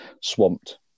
swamped